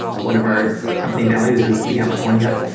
one of our company values is we haven't won yet.